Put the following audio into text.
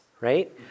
right